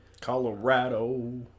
Colorado